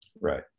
Right